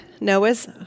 Noah's